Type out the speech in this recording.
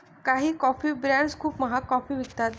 काही coffee brands खूप महाग कॉफी विकतात